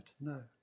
no